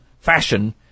fashion